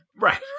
Right